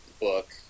book